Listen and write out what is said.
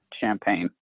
champagne